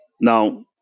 now